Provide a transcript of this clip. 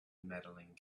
medaling